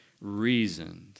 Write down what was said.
reasoned